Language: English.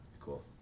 Cool